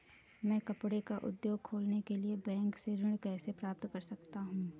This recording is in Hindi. मैं कपड़े का उद्योग खोलने के लिए बैंक से ऋण कैसे प्राप्त कर सकता हूँ?